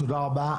תודה רבה.